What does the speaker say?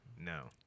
No